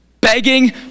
Begging